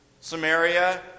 Samaria